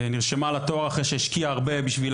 נרשמה לתואר אחרי שהשקיעה הרבה בשביל